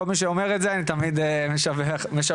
כל מי שאומר את זה אני תמיד משבח אותו.